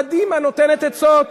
קדימה נותנת עצות.